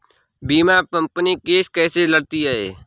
बीमा company case कैसे लड़ती है?